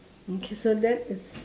mm K so that is